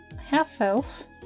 half-elf